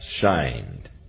shined